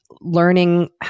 learning